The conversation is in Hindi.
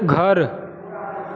घर